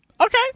okay